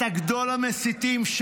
אתה גדול המסיתים.